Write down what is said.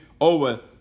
over